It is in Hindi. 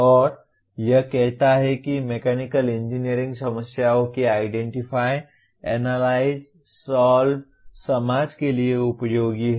और यह कहता है कि मैकेनिकल इंजीनियरिंग समस्याओं की आइडेंटीफाई एनालाइज सॉल्व समाज के लिए उपयोगी है